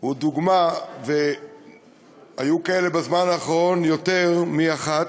הוא דוגמה, והיו כאלה בזמן האחרון יותר מאחת,